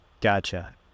Gotcha